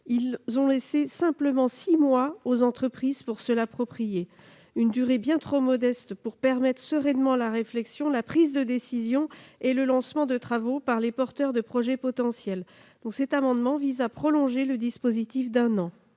n'ont disposé que de six mois pour se l'approprier. C'est une durée bien trop modeste pour permettre sereinement la réflexion, la prise de décision et le lancement de travaux par les porteurs de projets potentiels. Le présent amendement vise donc à prolonger ce dispositif d'un an.